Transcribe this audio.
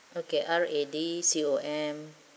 okay R A D C O M